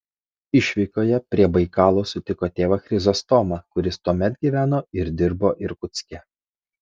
išvykoje prie baikalo sutiko tėvą chrizostomą kuris tuomet gyveno ir dirbo irkutske